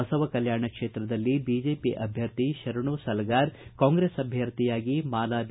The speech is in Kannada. ಬಸವ ಕಲ್ಕಾಣ ಕ್ಷೇತ್ರದಲ್ಲಿ ಬಿಜೆಪಿ ಅಭ್ವರ್ಥಿ ಶರಣು ಸಲಗಾರ ಕಾಂಗ್ರೆಸ್ ಅಭ್ವರ್ಥಿಯಾಗಿ ಮಾಲಾ ಬಿ